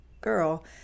girl